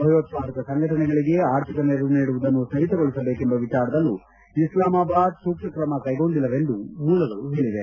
ಭಯೋತ್ಪಾದಕ ಸಂಘಟನೆಗಳಿಗೆ ಆರ್ಥಿಕ ನೆರವು ನೀಡುವುದನ್ನು ಸ್ಥಗಿತಗೊಳಿಸಬೇಕೆಂಬ ವಿಚಾರದಲ್ಲೂ ಇಸ್ಲಾಮಬಾದ್ ಸೂಕ್ತ ಕ್ರಮ ಕೈಗೊಂಡಿಲ್ಲವೆಂದು ಮೂಲಗಳು ಹೇಳವೆ